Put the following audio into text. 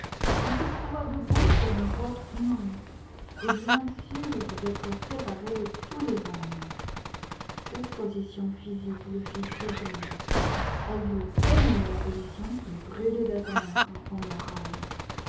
il se trouva debout sur un roc immense et bien sûr d'être séparé de tous les hommes cette position physique le fit sourire elle lui peignait la position qu'il brûlait d'atteindre au moral